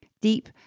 Deep